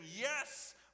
yes